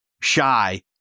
shy